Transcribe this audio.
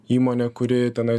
įmonė kuri tenai